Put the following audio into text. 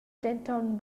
denton